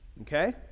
okay